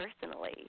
personally